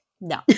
no